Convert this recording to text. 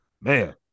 man